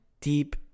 deep